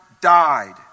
died